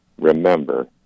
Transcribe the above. remember